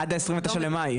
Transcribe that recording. עד התאריך ה-29 למאי.